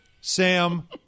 Sam